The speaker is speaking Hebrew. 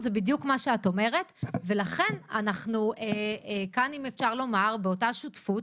אנחנו כאן באותה שותפות,